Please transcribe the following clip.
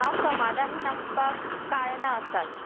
हांव समाधानी नासपाक कारणां आसात